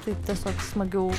taip tiesiog smagiau